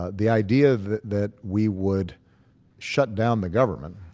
ah the idea that that we would shut down the government